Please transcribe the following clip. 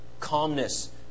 calmness